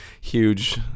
huge